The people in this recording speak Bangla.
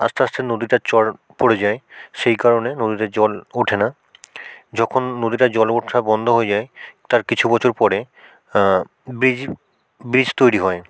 আস্তে আস্তে নদীটা চর পড়ে যায় সেই কারণে নদীতে জল ওঠে না যখন নদীটা জল ওঠা বন্ধ হয়ে যায় তার কিছু বছর পরে বিজি ব্রিজ তৈরি হয়